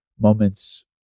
moments